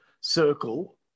circle